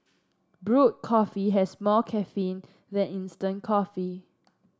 brewed coffee has more caffeine than instant coffee